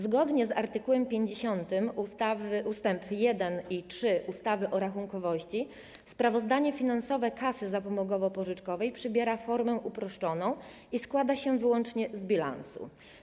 Zgodnie z art. 50 ust. 1 i 3 ustawy o rachunkowości sprawozdanie finansowe kasy zapomogowo-pożyczkowej przybiera formę uproszczoną i składa się wyłącznie z bilansu.